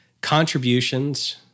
contributions